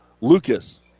Lucas